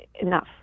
enough